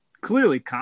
Clearly